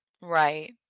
Right